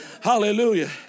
Hallelujah